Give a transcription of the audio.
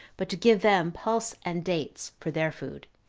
but to give them pulse and dates for their food,